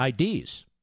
IDs